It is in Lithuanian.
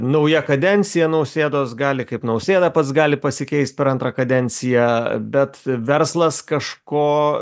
nauja kadencija nausėdos gali kaip nausėda pats gali pasikeist per antrą kadenciją bet verslas kažko